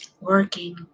working